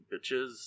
bitches